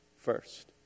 first